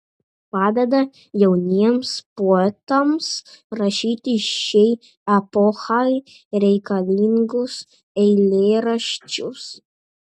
padeda jauniems poetams rašyti šiai epochai reikalingus eilėraščius